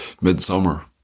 midsummer